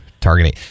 targeting